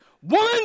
One